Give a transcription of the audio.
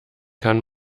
kann